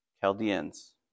Chaldeans